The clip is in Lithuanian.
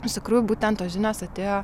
iš tikrųjų būtent tos žinios atėjo